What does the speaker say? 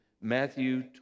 Matthew